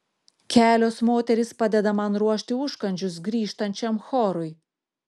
kelios moterys padeda man ruošti užkandžius grįžtančiam chorui